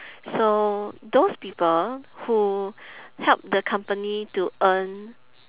so those people who help the company to earn